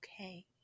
okay